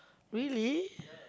really